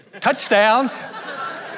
touchdown